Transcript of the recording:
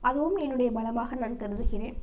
அதுவும் என்னுடைய பலமாக நான் கருதுகிறேன்